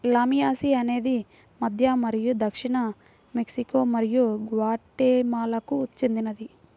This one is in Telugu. లామియాసి అనేది మధ్య మరియు దక్షిణ మెక్సికో మరియు గ్వాటెమాలాకు చెందినది